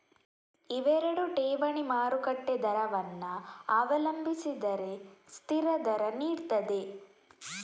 ಇವೆರಡು ಠೇವಣಿ ಮಾರುಕಟ್ಟೆ ದರವನ್ನ ಅವಲಂಬಿಸಿರದೆ ಸ್ಥಿರ ದರ ನೀಡ್ತದೆ